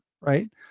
right